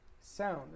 sound